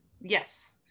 Yes